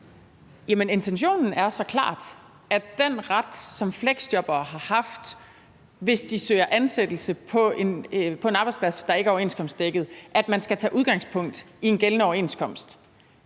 intentionen er så klart, at den ret, som fleksjobbere har haft, hvis de søger ansættelse på en arbejdsplads, der ikke er overenskomstdækket, til, at man skal tage udgangspunkt i en gældende overenskomst,